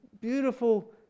beautiful